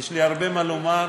יש לי הרבה מה לומר,